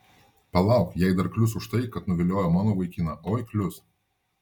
palauk jai dar klius už tai kad nuviliojo mano vaikiną oi klius